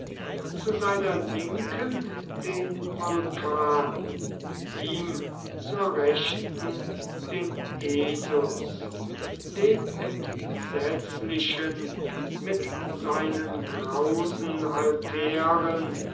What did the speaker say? zu seiner linken den vulcan ihm zur rechten den esus den entsetzlichen mit seinen grausen altären